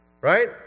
Right